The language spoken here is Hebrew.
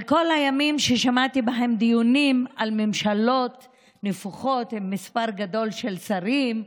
על כל הימים ששמעתי בהם דיונים על ממשלות נפוחות עם מספר גדול של שרים,